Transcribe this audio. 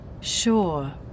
Sure